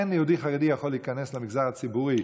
אין יהודי חרדי שיכול להיכנס למגזר הציבורי,